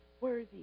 worthy